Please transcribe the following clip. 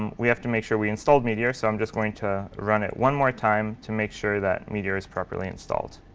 um we have to make sure we installed meteor. so i'm just going to run it one more time to make sure that meteor is properly installed.